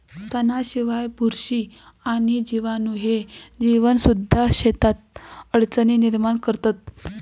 तणांशिवाय, बुरशी आणि जीवाणू ह्ये जीवसुद्धा शेतात अडचणी निर्माण करतत